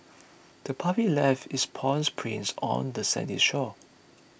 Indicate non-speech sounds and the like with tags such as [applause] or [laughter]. [noise] the puppy left its paw prints on the sandy shore